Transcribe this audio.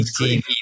tv